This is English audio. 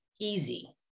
easy